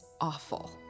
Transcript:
awful